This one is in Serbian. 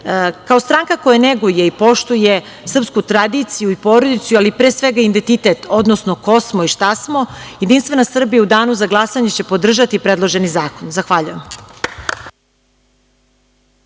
stranka koja neguje i poštuje srpsku tradiciju i porodicu, ali pre svega identitet, odnosno ko smo i šta smo, JS u danu za glasanje će podržati predloženi zakon. Zahvaljujem.